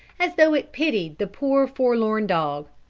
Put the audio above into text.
as though it pitied the poor forlorn dog.